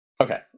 Okay